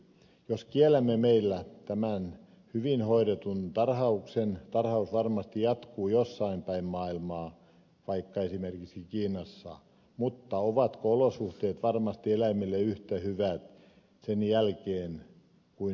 jos kiellämme meillä tämän hyvin hoidetun tarhauksen tarhaus varmasti jatkuu jossain päin maailmaa vaikka esimerkiksi kiinassa mutta ovatko olosuhteet varmasti eläimille sen jälkeen yhtä hyvät kuin meillä